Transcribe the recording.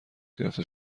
گرفته